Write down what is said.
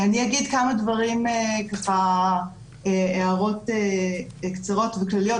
אני אגיד כמה דברים, הערות קצרות וכלליות.